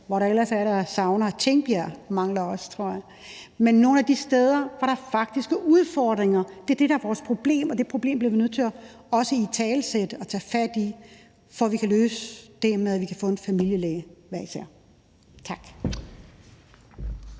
hvor de mangler – i Tingbjerg tror jeg også der er mangel – altså nogle af de steder, hvor der faktisk er udfordringer. Det er det, der er vores problem, og det problem bliver vi nødt til også at italesætte og tage fat i, før vi kan løse det med, at vi hver især kan få en familielæge. Tak